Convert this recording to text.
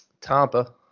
Tampa